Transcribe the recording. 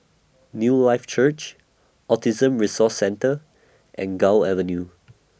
Newlife Church Autism Resource Centre and Gul Avenue